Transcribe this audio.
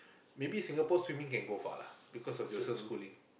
maybe Singapore swimming can go far lah because of Joseph Schooling